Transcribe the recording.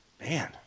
Man